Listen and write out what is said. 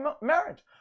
marriage